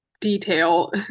detail